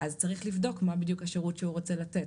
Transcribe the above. אז צריך לבדוק מה בדיוק השירות שהוא רוצה לתת.